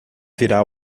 virá